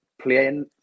playing